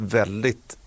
väldigt